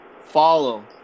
follow